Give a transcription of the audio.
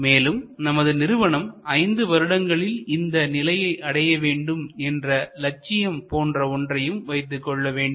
மேலும் நமது நிறுவனம் ஐந்து வருடங்களில் இந்த நிலையை அடைய வேண்டும் என்ற லட்சியம் போன்ற ஒன்றையும் வைத்துக் கொள்ள வேண்டும்